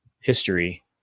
history